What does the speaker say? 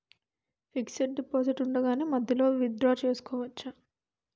Fixed deposit ఉండగానే మధ్యలో withdraw చేసుకోవచ్చా?